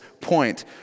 point